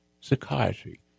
psychiatry